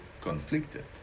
Conflicted